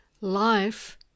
life